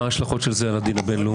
מה ההשלכות של זה על הדין הבין-לאומי